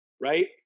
right